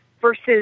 versus